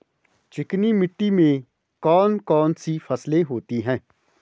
चिकनी मिट्टी में कौन कौन सी फसलें होती हैं?